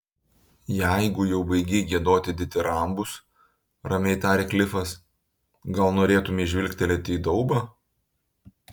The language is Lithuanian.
jeigu jau baigei giedoti ditirambus ramiai tarė klifas gal norėtumei žvilgtelėti į daubą